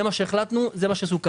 זה מה שהחלטנו, זה מה שסוכם.